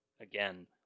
again